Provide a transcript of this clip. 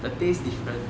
the taste different